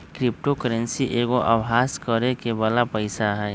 crypto currency एगो अभास करेके बला पइसा हइ